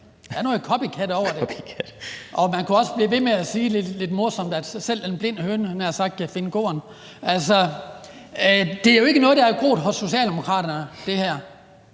der er noget copycat over det. Man kunne også blive ved med at sige lidt morsomt, at selv en blind høne kan finde korn. Det her er jo ikke noget, der er groet hos Socialdemokraterne. Det er